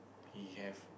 he have